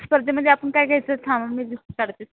स्पर्धेमध्ये आपण काय घ्यायचं थांब हां मी लिस्ट काढते